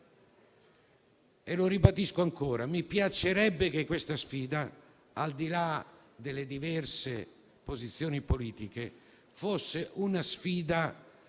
e lo ribadisco ancora. Mi piacerebbe che, al di là delle diverse posizioni politiche, fosse una sfida